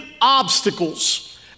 obstacles